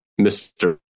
Mr